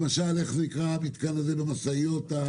למשל, הטכוגרף למשאיות.